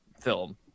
film